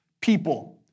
people